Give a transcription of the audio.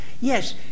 yes